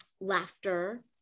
laughter